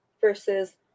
versus